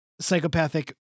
psychopathic